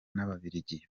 n’ababiligi